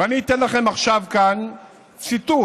ואני אתן לכם עכשיו כאן ציטוט